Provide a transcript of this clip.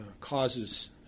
causes